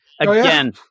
again